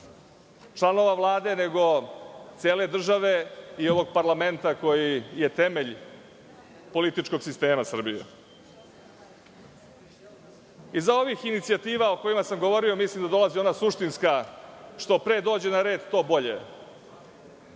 članova Vlade nego cele države i ovog parlamenta, koji je temelj političkog sistema Srbije. Iza ovih inicijativa o kojima sam govorio mislim da dolazi ona suštinska – što pre dođe na red, to bolje.